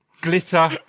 glitter